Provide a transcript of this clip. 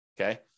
Okay